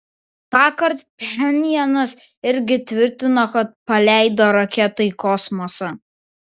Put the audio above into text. tąkart pchenjanas irgi tvirtino kad paleido raketą į kosmosą